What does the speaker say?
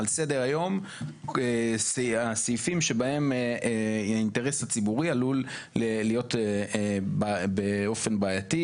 על סדר-היום הסעיפים שבהם האינטרס הציבורי עלול להיות באופן בעייתי